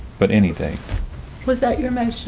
but anything was that you're mentioned.